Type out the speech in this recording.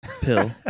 pill